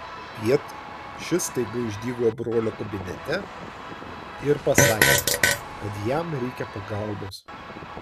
popiet šis staiga išdygo brolio kabinete ir pasakė kad jam reikia pagalbos